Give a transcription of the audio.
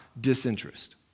disinterest